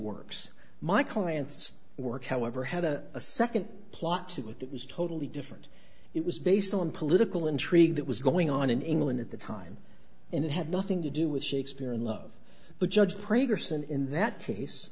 works my client's work however had a a second plot to it that was totally different it was based on political intrigue that was going on in england at the time and it had nothing to do with shakespeare in love but judge prager sin in that case